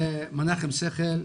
מנחם שיכל.